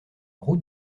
route